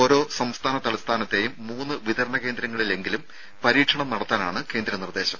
ഓരോ സംസ്ഥാന തലസ്ഥാനത്തെയും മൂന്ന് വിതരണ കേന്ദ്രങ്ങളിലെങ്കിലും പരീക്ഷണം നടത്താനാണ് കേന്ദ്ര നിർദ്ദേശം